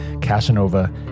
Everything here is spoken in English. Casanova